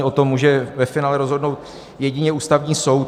O tom může ve finále rozhodnout jedině Ústavní soud.